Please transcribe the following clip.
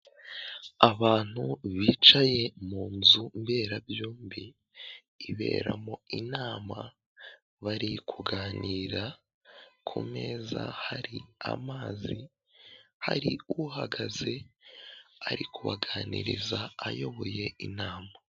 Abantu bicaye mu nzu mberabyombi iberamo inama, bari kuganira ku meza hari amazi, hari uhagaze ari kubaganiriza ayoboye inama.